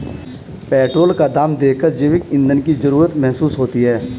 petrol का दाम देखकर जैविक ईंधन की जरूरत महसूस होती है